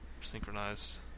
Synchronized